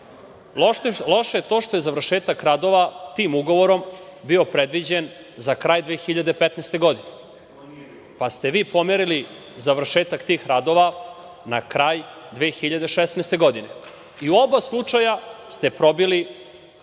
to. Loše je to što je završetak radova tim ugovorom bio predviđen za kraj 2015. godine, pa ste vi pomerili završetak tih radova na kraj 2016. godine. U oba slučaja ste probili rokove.